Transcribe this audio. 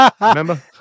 Remember